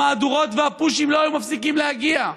המהדורות והפוּשים לא היו מפסיקים להגיע.